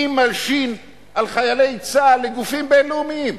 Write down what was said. מי מלשין על חיילי צה"ל לגופים בין-לאומיים.